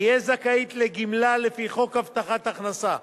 תהיה זכאית לגמלה לפי חוק הבטחת הכנסה.